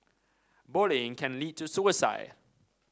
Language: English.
bullying can lead to suicide